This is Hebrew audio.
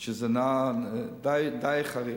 שהוא די חריף.